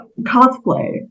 cosplay